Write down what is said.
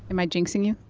am i jinxing you?